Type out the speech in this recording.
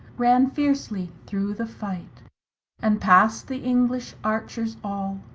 ran fiercely through the fight and past the english archers all,